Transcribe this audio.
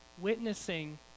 witnessing